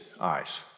eyes